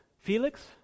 Felix